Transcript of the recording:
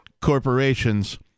corporations